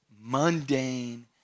mundane